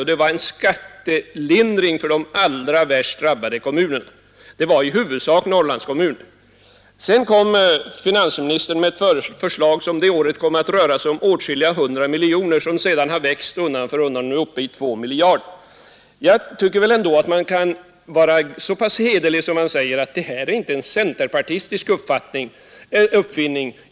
Förslaget innebar en skattelindring för de allra värst drabbade kommunerna — i huvudsak Norrlandskommuner. Sedan kom finansministern med ett förslag, som det året rörde sig om åtskilliga hundra miljoner kronor. Beloppet har växt undan för undan och är nu uppe i 2 miljarder kronor. Jag tycker ändå att man kan vara så pass hederlig att man säger att detta inte är en centerpartistisk uppfinning.